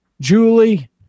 Julie